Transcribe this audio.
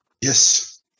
Yes